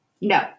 No